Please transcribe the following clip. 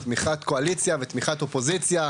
תמיכת קואליציה ותמיכת אופוזיציה.